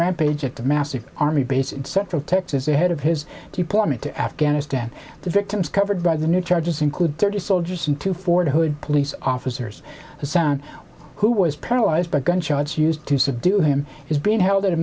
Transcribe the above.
rampage at the massive army base in central texas ahead of his deployment to afghanistan the victims covered by the new charges include thirty soldiers and to fort hood police officers his son who was paralyzed by gunshots used to sit due him is being held